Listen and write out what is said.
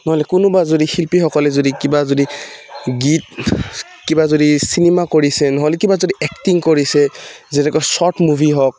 নহ'লে কোনোবা যদি শিল্পীসকলে যদি কিবা যদি গীত কিবা যদি চিনেমা কৰিছে নহ'লে কিবা যদি এক্টিং কৰিছে যেনেকৈ শ্বৰ্ট মুভি হওক